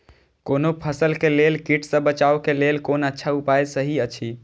कोनो फसल के लेल कीट सँ बचाव के लेल कोन अच्छा उपाय सहि अछि?